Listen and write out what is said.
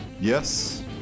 Yes